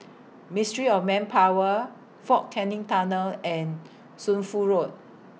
Ministry of Manpower Fort Canning Tunnel and Shunfu Road